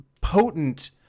potent